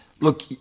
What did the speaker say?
look